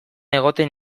egoten